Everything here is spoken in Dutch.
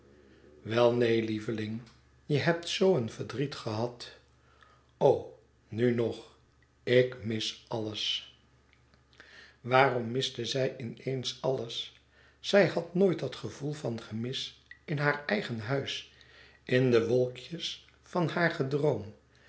wel neen lieveling je hebt zoo een verdriet gehad o nu nog ik mis alles waarom miste zij in eens alles zij had nooit dat gevoel van gemis in haar eigen huis in de wolkjes van haar gedroom